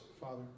Father